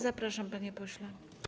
Zapraszam, panie pośle.